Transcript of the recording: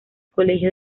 colegio